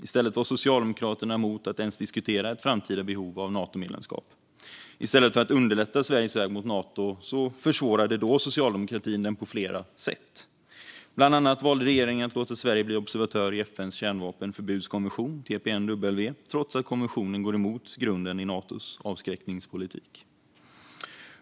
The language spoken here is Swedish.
I stället var Socialdemokraterna emot att ens diskutera ett framtida behov av Natomedlemskap. I stället för att underlätta Sveriges väg mot Nato försvårade socialdemokratin den då på flera sätt. Bland annat valde regeringen att låta Sverige bli observatör i FN:s kärnvapenförbudskonvention, TPNW, trots att konventionen går emot grunden i Natos avskräckningspolitik.